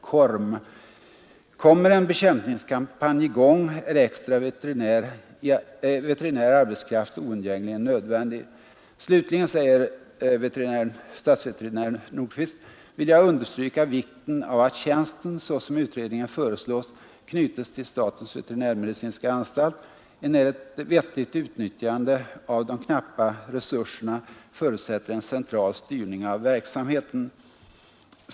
Kommer en bekämpningskampanj igång är extra veterinärarbetskraft oundgängligen nödvändig, ———. Slutligen vill jag understryka vikten av att tjänsten såsom utredningen föreslår, knytes till SVA, enär ett vettigt utnyttjande av de knappa resurserna förutsätter en central styrning av verksamheten.